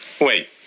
Wait